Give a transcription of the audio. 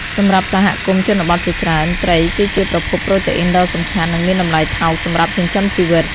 សម្រាប់សហគមន៍ជនបទជាច្រើន ត្រីគឺជាប្រភពប្រូតេអ៊ីនដ៏សំខាន់ និងមានតំលៃថោកសម្រាប់ចិញ្ចឹមជីវិត។